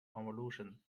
convolution